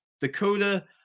Dakota